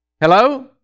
Hello